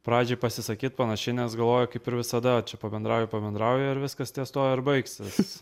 pradžioj pasisakyt panašiai nes galvoju kaip ir visada čia pabendrauji pabendrauji ir viskas ties tuo ir baigsis